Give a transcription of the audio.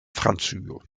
francujo